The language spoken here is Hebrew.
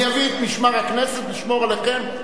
אני אביא את משמר הכנסת לשמור עליכם,